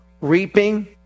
Reaping